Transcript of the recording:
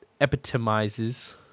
epitomizes